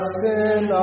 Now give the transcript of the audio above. sin